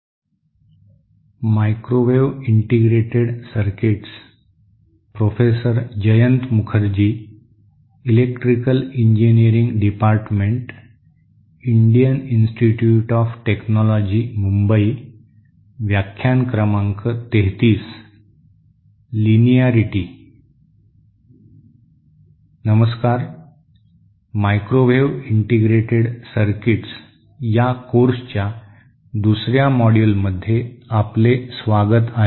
नमस्कार microwave integrated circuits या कोर्सच्या दुसर्या मॉड्यूलमध्ये आपले स्वागत आहे